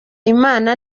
imana